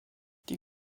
die